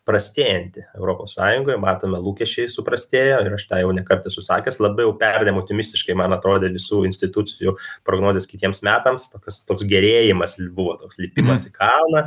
prastėjanti europos sąjungoje matome lūkesčiai suprastėjo ir aš tą jau ne kartą esu sakęs labiau pernai optimistiškai man atrodė visų institucijų prognozės kitiems metams kas toks gerėjimas buvo toks lipimas į kalną